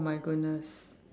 my goodness